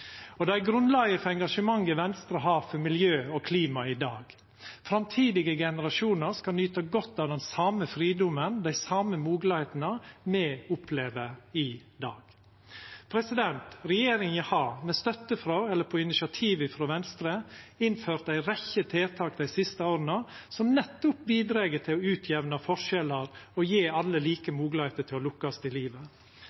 innføra dei castbergske barnelovene og til å innføra folketrygda. Det er òg grunnlaget for engasjementet Venstre har for miljø og klima i dag. Framtidige generasjonar skal nyta godt av den same fridomen og dei same moglegheitene me opplever i dag. Regjeringa har med støtte frå eller på initiativ frå Venstre innført ei rekkje tiltak dei siste åra som nettopp bidreg til å utjamna forskjellar og gje alle like